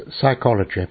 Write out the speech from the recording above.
psychology